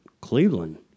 Cleveland